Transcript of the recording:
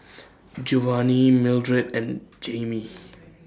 Jovani Mildred and Jamie